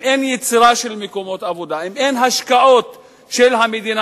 אם אין יצירה של מקומות עבודה ואם אין השקעות של המדינה,